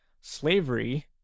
Slavery